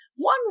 One